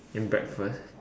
and breakfast